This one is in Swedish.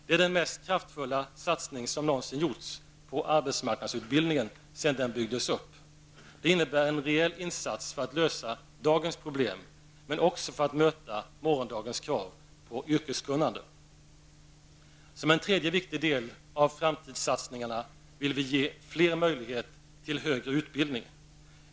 Det är den mest kraftfulla satsning som någonsin gjorts på arbetsmarknadsutbildningen sedan den byggdes upp. Detta innebär en rejäl insats för att lösa dagens problem men också för att möta morgondagens krav på yrkeskunnande. Som en tredje viktig del av framtidssatsningarna vill vi ge fler möjlighet till högre utbildning.